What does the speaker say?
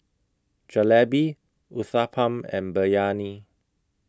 Jalebi Uthapam and Biryani